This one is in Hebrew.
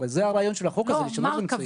הרי זה הרעיון של החוק הזה, לשנות את המציאות.